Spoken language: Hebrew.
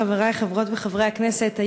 חברי חברות וחברי הכנסת,